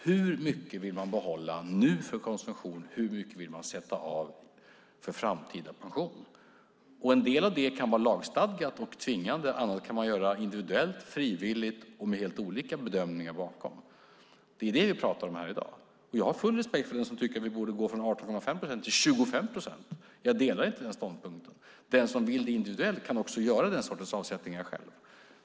Hur mycket vill man behålla nu för konsumtion? Hur mycket vill man sätta av för framtida pension? En del av det kan vara lagstadgat och tvingande. Annat kan man göra individuellt, frivilligt och med helt olika bedömningar bakom. Det är det vi pratar om i dag. Jag har full respekt för den som tycker att vi borde gå från 18,5 procent till 25 procent. Jag delar inte den ståndpunkten. Den som vill, individuellt, kan göra den sortens avsättningar själv.